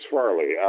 Farley